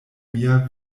mia